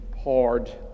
hard